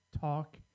talk